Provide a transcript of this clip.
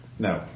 No